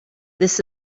this